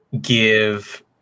give